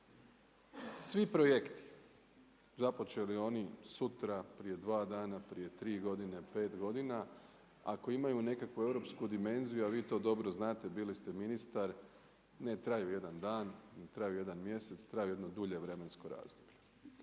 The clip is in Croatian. Svi projekti, započeli oni sutra, prije 2 dana, prije 3 godine, 5 godina, ako imaju nekakvu europsku dimenziju a vi to dobro znate, bili ste ministar, ne traju jedan dan, ne traju jedan mjesec, traju jedno dulje vremensko razdoblje.